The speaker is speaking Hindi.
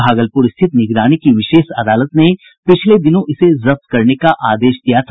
भागलपुर स्थित निगरानी की विशेष अदालत ने पिछले दिनों इसे जब्त करने का आदेश दिया था